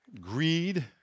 greed